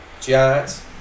Giants